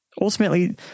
Ultimately